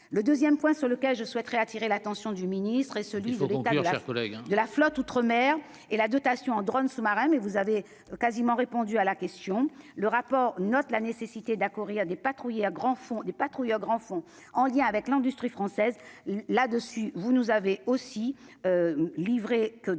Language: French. le 2ème point sur lequel je souhaiterais attirer l'attention du ministre et ce livre de la flotte outre-mer et la dotation en drônes sous-marins, mais vous avez quasiment répondu à la question, le rapport note la nécessité d'accord il y a des patrouilles à grands font des patrouilles aux grands fonds en lien avec l'industrie française là dessus, vous nous avez aussi livré que